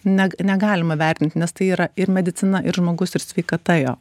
ne negalima vertinti nes tai yra ir medicina ir žmogus ir sveikata jo